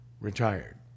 retired